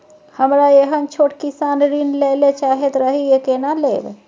हमरा एहन छोट किसान ऋण लैले चाहैत रहि केना लेब?